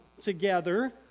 together